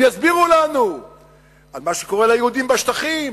הם יסבירו לנו על מה שקורה ליהודים בשטחים